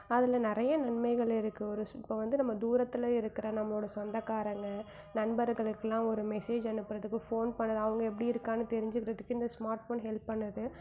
அதில் நிறைய நன்மைகள் இருக்குது ஒரு சு இப்போ வந்து நம்ம தூரத்தில் இருக்கிற நம்மோடய சொந்தக்காரங்கள் நண்பர்களுக்கெலாம் ஒரு மெசேஜ் அனுப்புகிறதுக்கு ஃபோன் பண்ண அவங்க எப்படி இருக்கான்னு தெரிஞ்சிக்கறதுக்கு இந்த ஸ்மார்ட் ஃபோன் ஹெல்ப் பண்ணுது